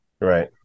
Right